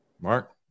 Mark